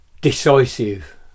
decisive